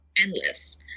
endless